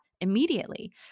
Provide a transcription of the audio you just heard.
immediately